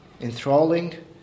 enthralling